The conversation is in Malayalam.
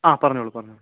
ആ പറഞ്ഞോളു പറഞ്ഞോളു